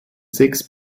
sechs